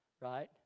right